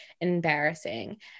embarrassing